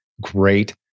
great